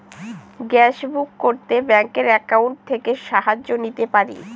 Gas book করতে ব্যাংকের account থেকে সাহায্য নিতে পারি?